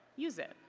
use it.